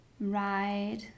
ride